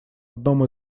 одном